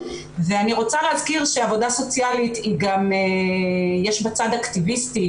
אני רוצה להזכיר שעבודה סוציאלית יש בה צד אקטיביסטי,